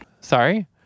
Sorry